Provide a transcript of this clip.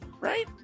right